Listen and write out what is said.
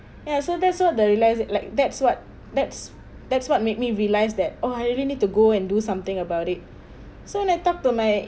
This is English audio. ya so that's all the realised like that's what that's that's what made me realised that !wah! I really need to go and do something about it so I talk to my